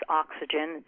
oxygen